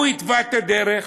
הוא התווה את הדרך,